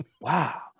Wow